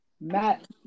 Matt